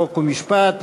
חוק ומשפט.